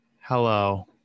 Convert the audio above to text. hello